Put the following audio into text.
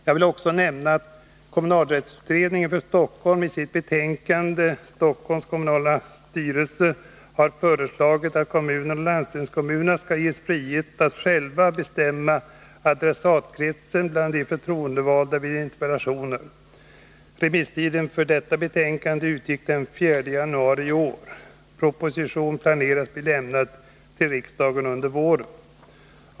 Jag vill också nämna att kommunalrättsutredningen för Stockholm i sitt betänkande Stockholms kommunala styrelse har föreslagit att kommunerna och landstingskommunerna skall ges frihet att själva bestämma adressatkretsen bland de förtroendevalda vid interpellationer. Remisstiden för detta betänkande gick ut den 4 januari i år. Proposition planeras bli lämnad till riksdagen under våren.